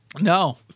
No